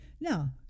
now